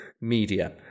media